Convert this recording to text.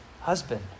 husband